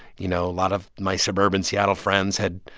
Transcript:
you know, a lot of my suburban seattle friends had